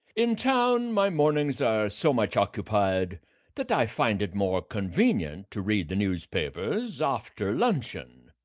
in town my mornings are so much occupied that i find it more convenient to read the newspapers after luncheon.